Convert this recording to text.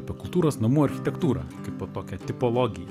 apie kultūros namų architektūrą kaipo tokia tipologija